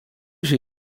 się